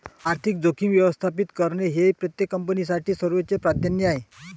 आर्थिक जोखीम व्यवस्थापित करणे हे प्रत्येक कंपनीसाठी सर्वोच्च प्राधान्य आहे